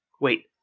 Wait